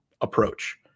approach